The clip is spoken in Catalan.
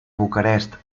bucarest